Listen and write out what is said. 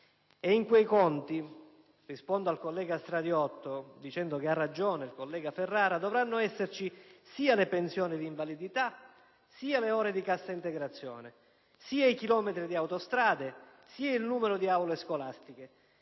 E in quei conti (rispondo al collega Stradiotto e sottolineo che ha ragione il collega Ferrara), dovranno esserci sia le pensioni di invalidità, sia le ore di cassa integrazione, sia i chilometri di autostrade, sia il numero di aule scolastiche,